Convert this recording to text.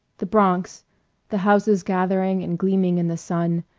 the bronx the houses gathering and gleaming in the sun,